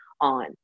on